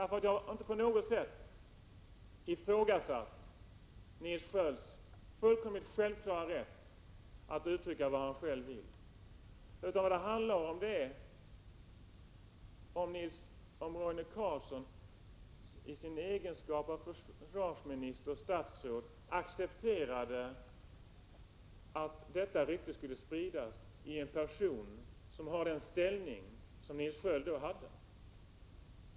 Jag har inte på något sätt ifrågasatt Nils Skölds fullkomligt självklara rätt att uttrycka vad han vill, utan vad det handlar om är om Roine Carlsson i sin egenskap av försvarsminister och statsråd accepterade att detta rykte skulle spridas av en person med den ställning som Nils Sköld då hade.